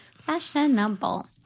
Fashionable